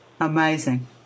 Amazing